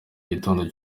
gitondo